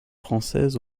française